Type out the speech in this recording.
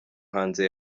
hanze